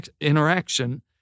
interaction